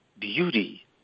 beauty